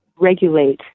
regulate